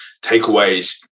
takeaways